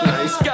Nice